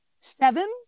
seven